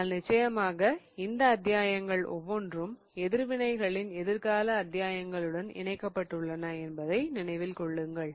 ஆனால் நிச்சயமாக இந்த அத்தியாயங்கள் ஒவ்வொன்றும் எதிர்வினைகளின் எதிர்கால அத்தியாயங்களுடன் இணைக்கப்பட்டுள்ளன என்பதை நினைவில் கொள்ளுங்கள்